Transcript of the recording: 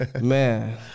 Man